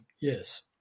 yes